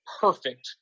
perfect